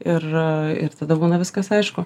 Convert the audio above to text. ir ir tada būna viskas aišku